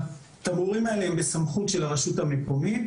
התמרורים האלה הם בסמכות הרשות המקומית